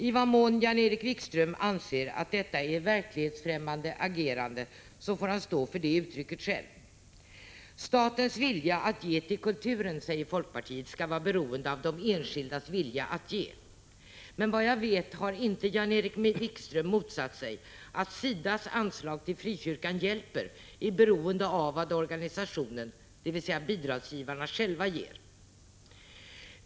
I den mån Jan-Erik Wikström anser att detta är ett verklighetsfrämmande agerande får han stå för det uttrycket själv. Statens vilja att ge till kulturen, säger folkpartiet, skall vara oberoende av de enskildas vilja att ge. Men vad jag vet har inte Jan-Erik Wikström motsatt sig att SIDA:s anslag till Frikyrkan hjälper är beroende av vad organisationen, dvs. bidragsgivarna själva, ger.